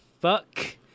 fuck